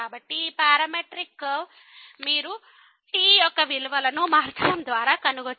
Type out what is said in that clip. కాబట్టి ఈ parametric curve మీరు t యొక్క విలువలను మార్చడం ద్వారా కనుగొనవచ్చు